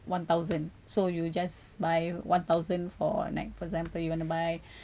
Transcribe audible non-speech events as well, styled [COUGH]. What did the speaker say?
one thousand so you just buy one thousand for like for example you want to buy [BREATH]